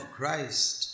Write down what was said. Christ